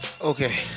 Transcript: Okay